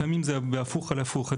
לפעמים זה בהפוך על הפוך.